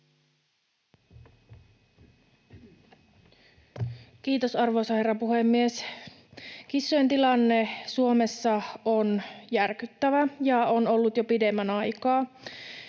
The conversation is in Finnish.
Kiitos, arvoisa herra puhemies! Kissojen tilanne Suomessa on järkyttävä ja on ollut jo pidemmän aikaa.